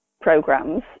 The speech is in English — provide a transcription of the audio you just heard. Programs